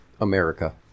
America